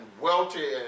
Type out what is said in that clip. wealthy